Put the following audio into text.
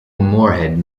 moorhead